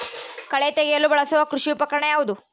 ಕಳೆ ತೆಗೆಯಲು ಬಳಸುವ ಕೃಷಿ ಉಪಕರಣ ಯಾವುದು?